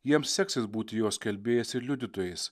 jiems seksis būti jo skelbėjais ir liudytojais